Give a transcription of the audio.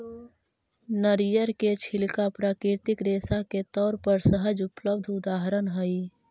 नरियर के छिलका प्राकृतिक रेशा के तौर पर सहज उपलब्ध उदाहरण हई